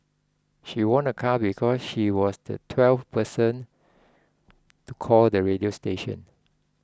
she won a car because she was the twelfth person to call the radio station